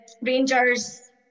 Rangers